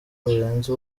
burenze